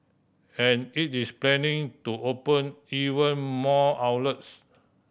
and it is planning to open even more outlets